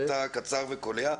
היית קצר וקולע.